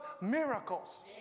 miracles